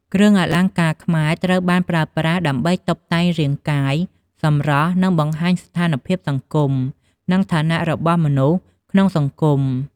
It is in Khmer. គ្រឿងអលង្ការខ្មែរត្រូវបានប្រើប្រាស់ដើម្បីតុបតែងរាងកាយ សម្រស់ និងបង្ហាញស្ថានភាពសង្គម និងឋានៈរបស់មនុស្សក្នុងសង្គម។